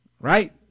Right